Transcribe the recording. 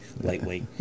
lightweight